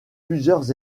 plusieurs